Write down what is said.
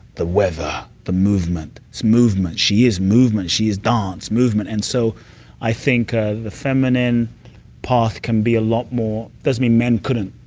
the weather, the movement. it's movement. she is movement. she is dance, movement. and so i think the feminine path can be a lot more. it doesn't mean men couldn't